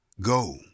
Go